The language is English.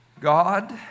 God